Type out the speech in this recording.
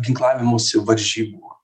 ginklavimosi varžybų